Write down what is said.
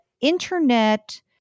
internet